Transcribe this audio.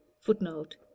Footnote